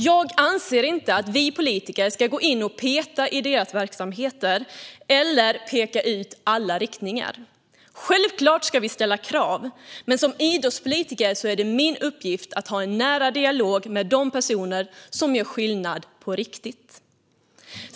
Jag anser inte att vi politiker ska gå in och peta i deras verksamheter eller peka ut alla riktningar. Självklart ska vi ställa krav, men som idrottspolitiker är det min uppgift att ha en nära dialog med de personer som gör skillnad på riktigt.